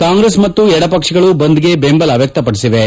ಕಾಂಗ್ರೆಸ್ ಮತ್ತು ಎದಪಕ್ಷಗಳು ಬಂದ್ಗೆ ಬೆಂಬಲ ವ್ಯಕ್ತಪಡಿಸಿವೆ